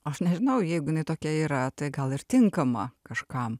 aš nežinau jeigu jinai tokia yra tai gal ir tinkama kažkam